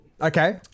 Okay